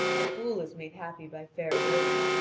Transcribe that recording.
a fool is made happy by fair words,